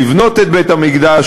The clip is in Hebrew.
לבנות את בית-המקדש,